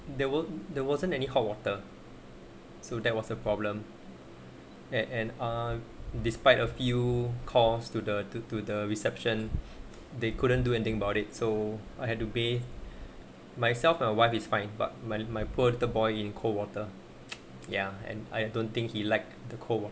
there was there wasn't any hot water so that was a problem at and uh despite a few calls to the to to the reception they couldn't do anything about it so I had to be myself my wife is fine but my my poor the boy in cold water ya and I don't think he liked the cold wa~